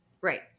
Right